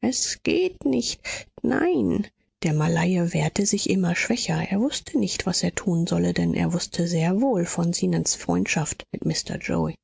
es geht nicht nein der malaie wehrte sich immer schwächer er wußte nicht was er tun solle denn er wußte sehr wohl von zenons freundschaft mit mr yoe